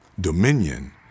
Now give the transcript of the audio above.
dominion